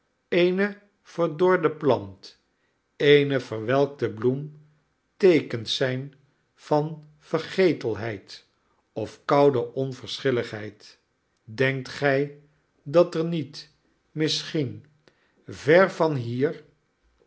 eene verdorde plant eene verwelkte bloem teekens zijn van vergetelheid of koude onverschilligheid denkt gij dat er niet misschien ver van hier